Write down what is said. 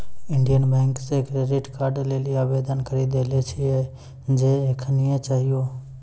Indian bank से credit card लेली आवेदन करी देले छिए जे एखनीये चाहियो